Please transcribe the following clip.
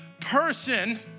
person